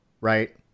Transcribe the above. right